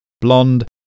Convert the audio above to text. blonde